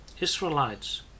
Israelites